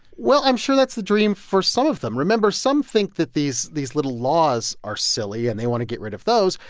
well, i'm sure that's the dream for some of them. remember, some think that these these little laws are silly, and they want to get rid of those.